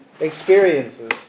experiences